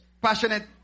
Passionate